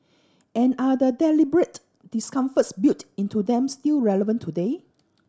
and are the deliberate discomforts built into them still relevant today